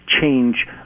change